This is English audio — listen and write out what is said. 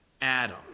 Adam